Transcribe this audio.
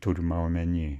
turima omeny